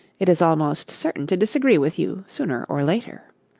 it is almost certain to disagree with you, sooner or later.